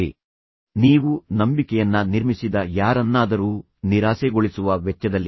ನೀವು ಏನನ್ನಾದರೂ ಮಾಡಲು ಬಯಸುತ್ತೀರಿ ಮತ್ತು ನೀವು ನಂಬಿಕೆಯನ್ನ ನಿರ್ಮಿಸಿದ ಯಾರನ್ನಾದರೂ ನಿರಾಸೆಗೊಳಿಸುವ ವೆಚ್ಚದಲ್ಲಿ